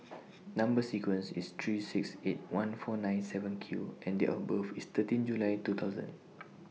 Number sequence IS three six eight one four nine seven Q and Date of birth IS thirteen July two thousand